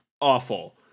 awful